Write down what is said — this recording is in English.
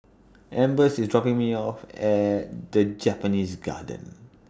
Ambers IS dropping Me off At The Japanese Kindergarten